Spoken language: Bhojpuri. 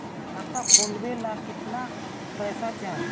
खाता खोलबे ला कितना पैसा चाही?